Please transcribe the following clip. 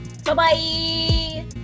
Bye-bye